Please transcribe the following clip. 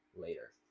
later